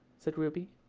said ruby.